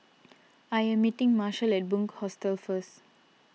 I am meeting Marshal at Bunc Hostel first